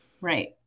Right